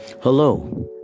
Hello